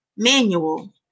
manual